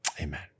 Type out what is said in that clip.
amen